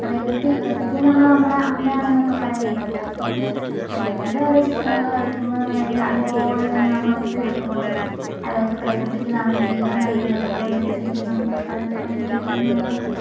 പ്രകൃതി പ്രകൃതീന്നു പറഞ്ഞാൽ നമ്മുടെ അമ്മയാണ് എന്നൊക്കെ പറയുന്നകേട്ടിട്ടില്ലേ അത്പോലെ പ്രകൃതിയിലെ ഓരോ ചിത്രങ്ങൾ വരക്കുമ്പോ അതായത് അതുപോലെത്തന്നെ നമ്മൾ ഒപ്പിയെടുക്കുമ്പോൾ അതായത് പ്രകൃതിക്കു നമ്മൾ ജീവൻ നൽകുന്നപോലൊരു ഫീൽ നമുക്ക് എപ്പഴും എനിക്ക് എപ്പഴും തോന്നാറുണ്ട്